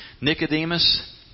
nicodemus